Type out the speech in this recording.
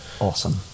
Awesome